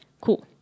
Cool